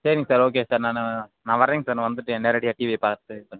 சரிங்க sir okay sir நான் நான் வரேங்க சார் நான் வந்துட்டு நேரடியாக டிவியை பார்த்து பண்ணிக்கலாம்